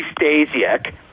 Stasiak